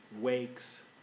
wakes